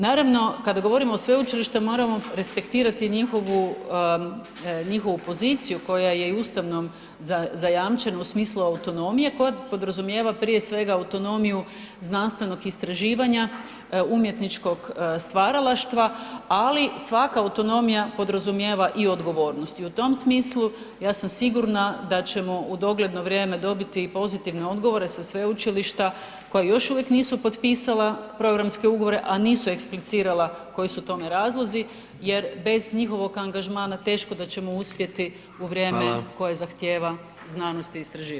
Naravno, kada govorimo sveučilište, moramo respektirati njihovu poziciju koja je Ustavom zajamčena u smislu autonomije koja podrazumijeva, prije svega autonomiju znanstvenog istraživanja, umjetničkog stvaralaštva, ali svaka autonomija podrazumijeva i odgovornosti i u tom smislu, ja sam sigurna da ćemo u dogledno vrijeme dobiti pozitivne odgovore sa sveučilišta koja još uvijek nisu potpisala programske ugovore, a nisu eksplicirala koji su tome razlozi jer bez njihovog angažmana teško da ćemo uspjeti u vrijeme [[Upadica: Hvala.]] koje zahtijeva znanosti i istraživanje.